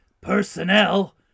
Personnel